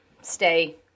stay